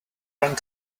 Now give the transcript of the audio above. rent